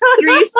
three